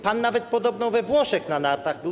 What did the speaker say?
Pan nawet podobno we Włoszech na nartach był.